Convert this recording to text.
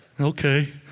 Okay